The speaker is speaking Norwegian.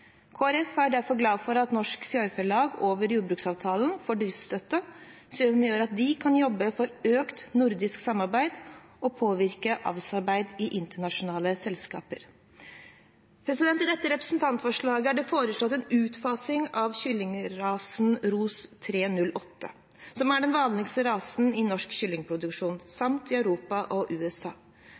er derfor glad for at Norsk Fjørfelag over jordbruksavtalen får driftsstøtte, som gjør at de kan jobbe for økt nordisk samarbeid og påvirke avlsarbeidet i internasjonale selskaper. I dette representantforslaget er det foreslått en utfasing av kyllingrasen Ross 308, som er den vanligste rasen i norsk kyllingproduksjon, samt i Europa og USA.